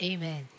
Amen